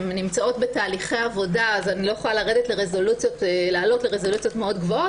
הן נמצאות בתהליכי עבודה אז אני לא יכולה לעלות לרזולוציות גבוהות מאוד